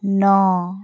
ন